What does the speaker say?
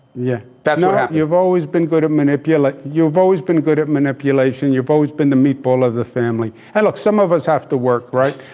yeah, that's ah what you've always been good to manipulate. you've always been good at manipulation, you've always been the meatball of the family hey, look, some of us have to work, right?